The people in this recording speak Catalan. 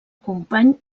company